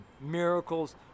Miracles